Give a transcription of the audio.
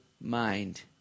mind